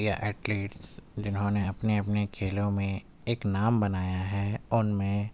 یا ایتھلیٹس جنھوں نے اپنے اپنے کھیلوں میں ایک نام بنایا ہے ان میں